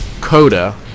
Coda